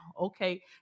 Okay